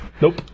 Nope